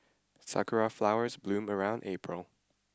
sakura flowers bloom around April